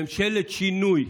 ממשלת שינוי,